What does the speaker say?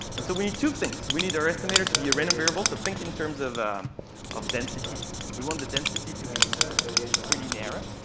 and so we need two things. we need are estimated to be a random variable. so think in terms of of densities. we want the density to be pretty narrow.